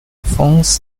phones